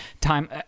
time